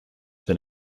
been